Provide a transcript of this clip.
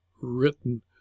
written